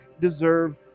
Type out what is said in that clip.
deserve